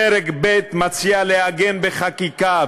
פרק ב' מציע לעגן בחקיקה,